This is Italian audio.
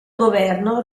governo